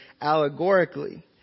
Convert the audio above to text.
allegorically